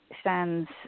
stands